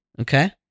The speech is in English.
Okay